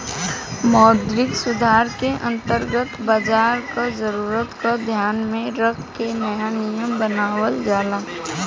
मौद्रिक सुधार के अंतर्गत बाजार क जरूरत क ध्यान में रख के नया नियम बनावल जाला